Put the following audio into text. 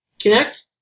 connect